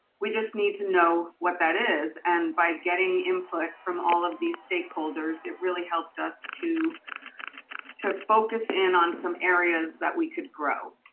we just need to know what that is. and by getting input from all of these stakeholders, it really helped us to to focus in on some areas that we could grow.